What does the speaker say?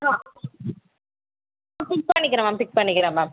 ஆ ஆ பிக் பண்ணிக்கிறேன் ma'am pick பண்ணிக்கிறேன் மேம்